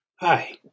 Hi